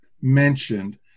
mentioned